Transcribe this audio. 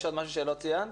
יש עוד משהו שלא ציינת?